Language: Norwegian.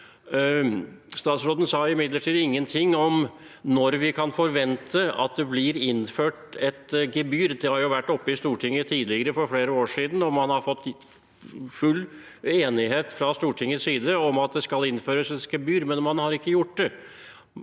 Statsråden sa imidlertid ingenting om når vi kan forvente at det blir innført et gebyr. Det har vært oppe i Stortinget tidligere, for flere år siden, og man har fått full enighet fra Stortingets side om at det skal innføres gebyr, men man har ikke gjort det.